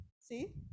See